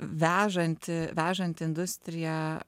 vežanti vežanti industriją